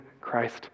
Christ